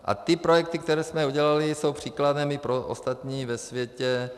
A ty projekty, které jsme udělali, jsou příkladem i pro ostatní ve světě.